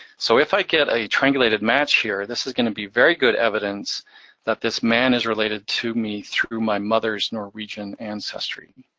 so if i get a triangulated match here, this is gonna be very good evidence that this man is related to me through my mother's norwegian ancestry.